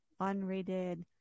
unrated